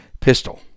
pistol